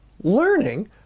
Learning